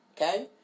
Okay